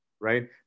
right